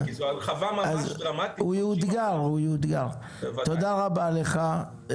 תודה רבה לך.